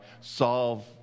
solve